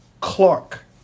Clark